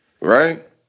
Right